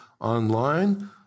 online